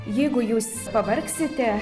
jeigu jūs pavargsite